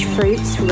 Fruits